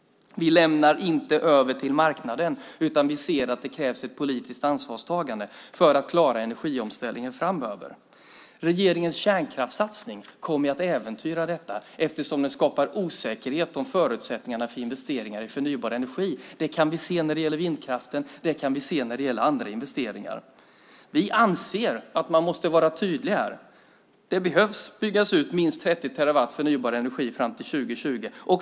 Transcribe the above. Vi lämnar inte över till marknaden, utan vi ser att det krävs ett politiskt ansvarstagande för att klara energiomställningen framöver. Regeringens kärnkraftssatsning kommer att äventyra detta, eftersom den skapar osäkerhet om förutsättningarna för investeringar i förnybar energi. Det kan vi se när det gäller vindkraften. Det kan vi se när det gäller andra investeringar. Vi anser att man måste vara tydlig här. Det behöver byggas ut minst 30 terawattimmar förnybar energi fram till 2020.